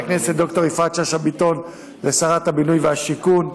הכנסת ד"ר יפעת שאשא ביטון לשרת הבינוי והשיכון,